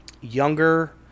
younger